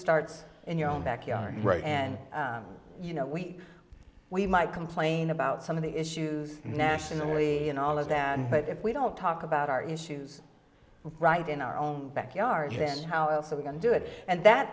starts in your own backyard and you know we we might complain about some of the issues nationally and all of them but if we don't talk about our issues right in our own backyard how else are we going to do it and that